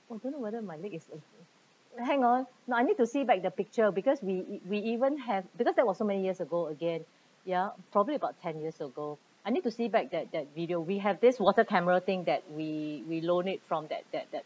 I don't know whether my leg is hang on now I need to see back the picture because we we even have because that was so many years ago again ya probably about ten years ago I need to see back that that video we have this water camera thing that we we loan it from that that that